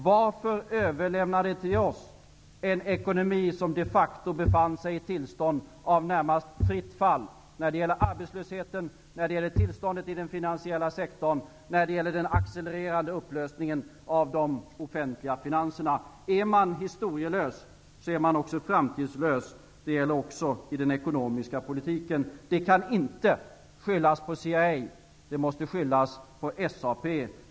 Varför överlämnade ni till oss en ekonomi som de facto befann sig i ett tillstånd av närmast fritt fall när det gäller arbetslösheten, tillståndet i den finansiella sektorn och den accelererande upplösningen av de offentliga finanserna? Är man historielös är man också framtidslös, och det gäller även i den ekonomiska politiken. Det kan inte skyllas på CIA. Det måste skyllas på SAP.